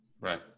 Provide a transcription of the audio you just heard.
right